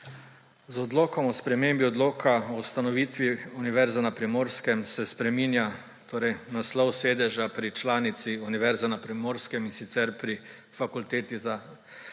Z Odlokom o spremembi Odloka o ustanovitvi Univerze na Primorskem se torej spreminja naslov sedeža pri članici Univerze na Primorskem, in sicer pri Fakulteti za